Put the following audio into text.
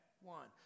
One